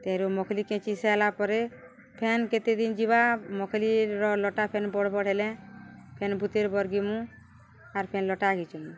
ତେରୁୁ ମକ୍ଲି କେଚି ସାଏଲା ପରେ ଫେନ୍ କେତେ ଦିନ୍ ଯିବା ମଖ୍ଲିିର ଲଟା ଫେନ୍ ବଡ଼୍ ବଡ଼୍ ହେଲେ ଫେନ୍ ବୁତରେ ବର୍ଗିମୁଁ ଆର୍ ଫେନ୍ ଲଟା ଘିଚ୍ମୁ